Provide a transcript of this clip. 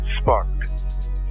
sparked